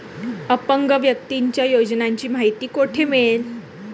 अपंग व्यक्तीसाठीच्या योजनांची माहिती कुठे मिळेल?